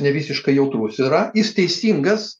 nevisiškai jautrus yra jis teisingas